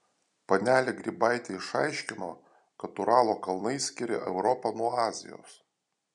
panelė grybaitė išaiškino kad uralo kalnai skiria europą nuo azijos